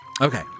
Okay